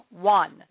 One